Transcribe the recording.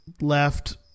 Left